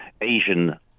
Asian